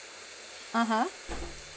(uh huh)